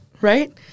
right